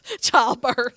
childbirth